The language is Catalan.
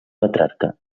petrarca